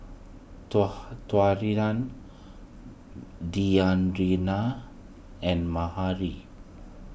Taurean Deyanira and